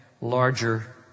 larger